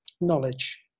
knowledge